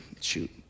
shoot